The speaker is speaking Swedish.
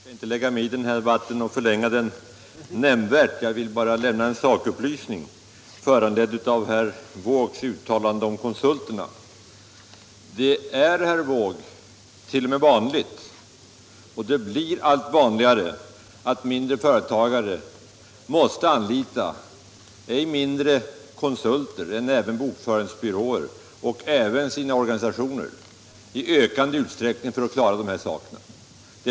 Herr talman! Jag skall inte lägga mig i själva debatten och inte heller förlänga den nämnvärt. Jag vill bara lämna en sakupplysning, föranledd av herr Wåågs uttalande om konsulterna. För det första är det, herr Wååg, vanligt och det blir allt vanligare att mindre företag måste anlita ej mindre konsulter än även bokföringsbyråer och även sina organisationer i ökande utsträckning för att klara uppgiftslämnandet.